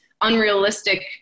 unrealistic